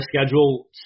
schedule